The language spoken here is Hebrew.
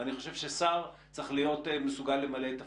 ואני חושב ששר צריך להיות מסוגל למלא את תפקידו.